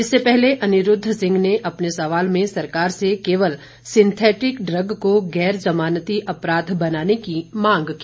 इससे पहले अनिरूद्व सिंह ने अपने सवाल में सरकार से केवल सिंथेटिक ड्रग को गैर जमानती अपराध बनाने की मांग की